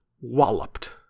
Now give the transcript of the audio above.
walloped